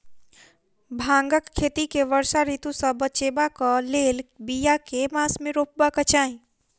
भांगक खेती केँ वर्षा ऋतु सऽ बचेबाक कऽ लेल, बिया केँ मास मे रोपबाक चाहि?